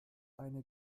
eine